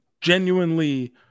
genuinely